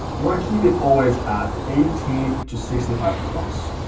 you want to keep it always at eighteen to sixty five plus,